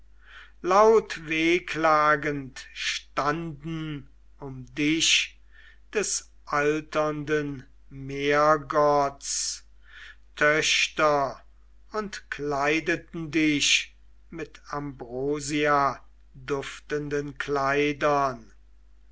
achaier lautwehklagend standen um dich des alternden meergotts töchter und kleideten dich mit ambrosiaduftenden kleidern